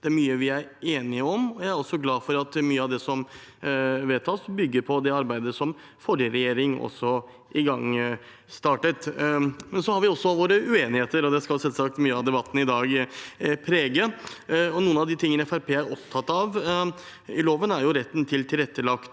Det er mye vi er enige om, og jeg er glad for at mye av det som vedtas, bygger på det arbeidet som forrige regjering igangsatte. Vi har også våre uenigheter, og det skal selvsagt mye av debatten i dag preges av. Noe av det Fremskrittspartiet er opptatt av i loven, er retten til tilrettelagt